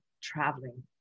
traveling